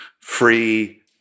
free